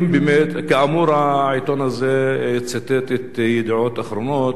כאמור, העיתון הזה ציטט את "ידיעות אחרונות",